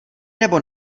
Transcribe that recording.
nebo